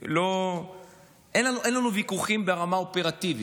ואין לנו ויכוחים ברמה האופרטיבית.